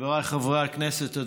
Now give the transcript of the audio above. חבריי חברי הכנסת,